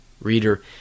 Reader